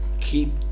keep